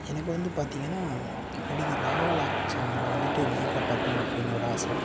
எனக்கு வந்து பார்த்திங்கனா நடிகர் ராகவா லாரன்ஸ் அவங்களை வந்துட்டு நேரில் பார்க்கணும் அப்டினு ஒரு ஆசை